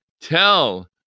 tell